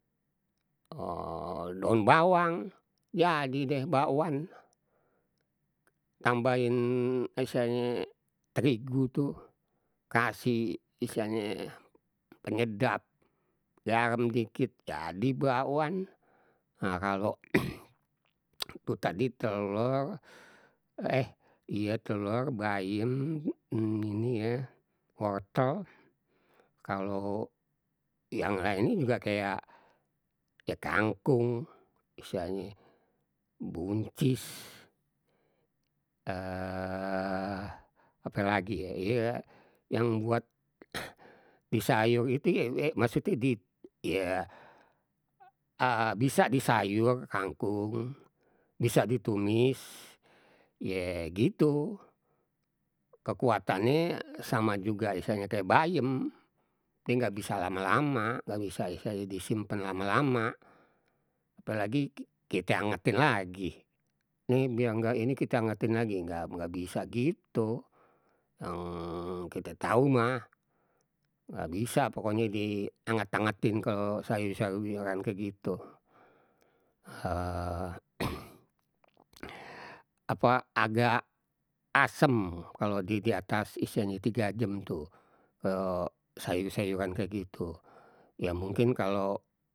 Oh daun bawang jadi deh bakwan, tambahin istilahnye terigu tu, kasih istilahnye penyedap, garam sedikit, jadi bakwan. Nah, kalo itu tadi telur, eh iya telur, bayem, ini ya wortel kalau yang lainnye juga kayak, ya kangkung, istilahnye buncis ape lagi ye iye, yang buat di sayur itu ye maksudnye di ye bisa di sayur, kangkung bisa ditumis, ye gitu. Kekuatannye sama juga, istilahnye kayak bayem, ini nggak bisa lama-lama, nggak bisa disimpan lama- lama, apalagi kite angetin lagi. Ini bilang nggak ini kite angetin lagi, nggak nggak bisa gitu, yang kite tahu mah, nggak bisa pokoknye dianget- angetin kalau sayur- sayuran kayak gitu. apa agak asem kalau die di atas istilahnye tiga jem tuh, kalau sayur- sayuran kayak gitu. Ya, mungkin kalau.